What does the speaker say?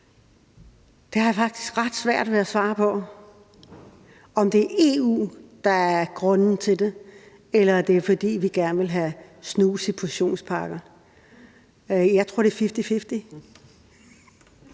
Det har jeg faktisk ret svært ved at svare på, altså om det er EU, der er grunden til det, eller om det er, fordi vi gerne vil have snus i portionspakker. Jeg tror, det er